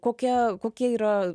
kokia kokie yra